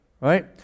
right